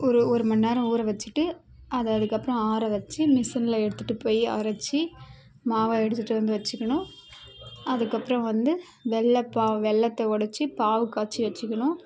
ஒரு ஒருமணி நேரம் ஊற வச்சுட்டு அதை அதுக்கப்புறம் ஆற வச்சு மிசினில் எடுத்துகிட்டு போய் அரச்சு மாவாக எடுத்துகிட்டு வந்து வச்சுக்கணும் அதுக்கப்புறம் வந்து வெல்லம் பாவு வெல்லத்தை உடச்சி பாவு காய்ச்சி வச்சுக்கணும்